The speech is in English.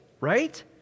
right